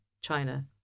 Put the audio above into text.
China